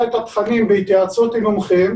תחילת ספטמבר,